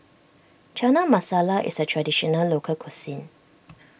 Chana Masala is a Traditional Local Cuisine